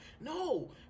No